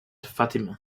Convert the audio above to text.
fatima